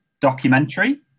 documentary